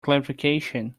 clarification